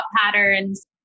patterns